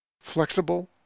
Flexible